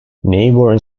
neighbouring